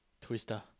Twister